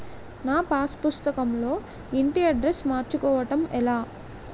నా పాస్ పుస్తకం లో ఇంటి అడ్రెస్స్ మార్చుకోవటం ఎలా?